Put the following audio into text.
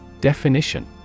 definition